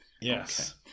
Yes